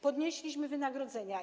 Podnieśliśmy wynagrodzenia.